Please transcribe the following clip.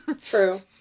True